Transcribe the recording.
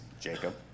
Jacob